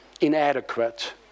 inadequate